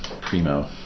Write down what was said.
primo